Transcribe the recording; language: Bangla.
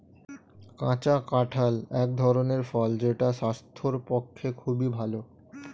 কাঁচা কাঁঠাল এক ধরনের ফল যেটা স্বাস্থ্যের পক্ষে খুবই ভালো